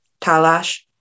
Talash